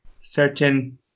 certain